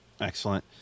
Excellent